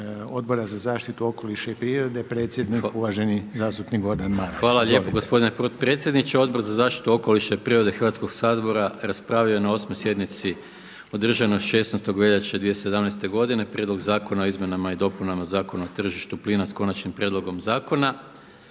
Odbora za zaštitu okoliša i prirode, predsjednik uvaženi zastupnik Gordan Maras. **Maras, Gordan (SDP)** Hvala lijepo gospodine potpredsjedniče. Odbor za zaštitu okoliša i prirode Hrvatskog sabora raspravio je na 8 sjednici održanoj 16. veljače 2017. godine Prijedlog zakona o izmjenama i dopunama Zakona o tržištu plina s konačnim prijedlogom zakona